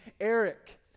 Eric